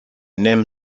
name